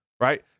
Right